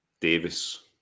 Davis